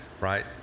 right